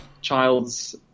child's